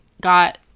got